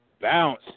bounce